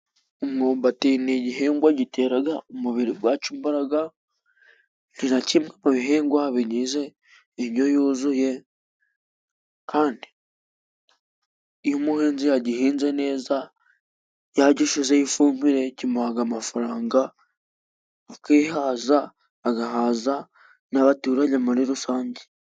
Umwumbati ni igihingwa giteraga umubiri gwacu imbaraga, ni na kimwe mu bihingwa bigize indyo yuzuye kandi iyo umuhinzi agihinze neza yagishizeho ifumbire kimuhaga amafaranga akihaza ,agahaza n'abaturage muri rusange.